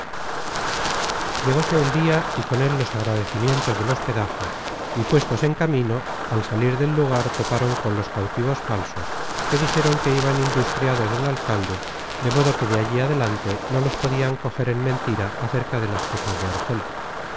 llegóse el dia y con él los agradecimientos del hospedaje y puestos en camino al salir del lugar toparon con los cautivos falsos que dijeron que iban industriados del alcalde de modo que de allí adelante no los podian coger en mentira acerca de las cosas de argel